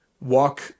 walk